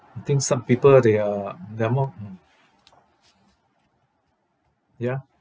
I think some people they are they're more mm ya